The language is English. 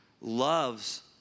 loves